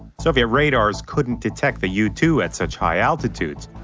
soviet radars couldn't detect the u two at such high altitudes.